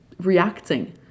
reacting